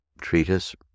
treatise